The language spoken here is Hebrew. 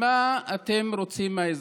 רוצים מהאזרחים.